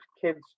kids